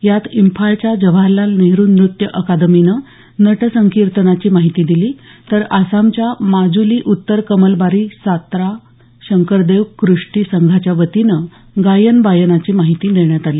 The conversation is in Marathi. यात इंफाळच्या जवाहरलाल नेहरू नृत्य अकादमीनं नट संकीर्तनाची माहिती दिली तर आसामच्या माजूली उत्तर कमलबारी सात्रा शंकरदेव कृष्टी संघाच्या वतीनं गायनबायनाची माहिती देण्यात आली